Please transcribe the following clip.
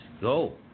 go